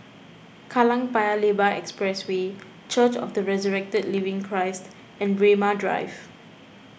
Kallang Paya Lebar Expressway Church of the Resurrected Living Christ and Braemar Drive